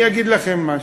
אני אגיד לכם משהו,